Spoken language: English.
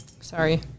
sorry